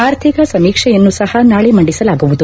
ಆರ್ಥಿಕ ಸಮೀಕ್ಷೆಯನ್ನೂ ಸಹ ನಾಳಿ ಮಂದಿಸಲಾಗುವುದು